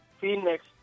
Phoenix